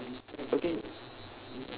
character okay